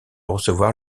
recevoir